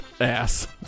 ass